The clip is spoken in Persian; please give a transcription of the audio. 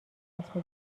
رسم